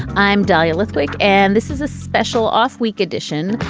i'm dahlia lithwick and this is a special off week edition.